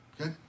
okay